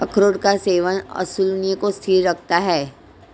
अखरोट का सेवन इंसुलिन को स्थिर रखता है